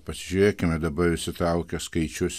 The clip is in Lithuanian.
pasižiūrėkime dabar išsitraukę skaičius